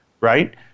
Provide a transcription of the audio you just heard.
right